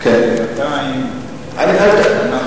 עדיין אנחנו,